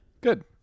good